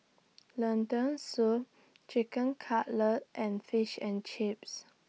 Lentil Soup Chicken Cutlet and Fish and Chips